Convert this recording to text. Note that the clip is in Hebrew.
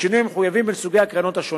בשינויים המחויבים בין סוגי הקרנות השונים.